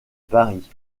paris